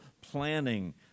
planning